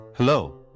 Hello